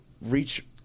reach